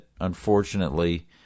unfortunately